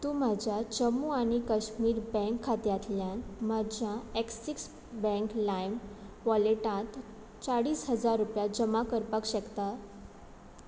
तूं म्हज्या जम्मू आनी काश्मीर बँक खात्यांतल्यान म्हज्या ॲक्सीस बँक लाइम वॉलेटांत चाळीस हजार रुपया जमा करपाक शकता